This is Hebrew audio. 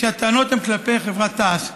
שהטענות הן כלפי חברת תע"ש.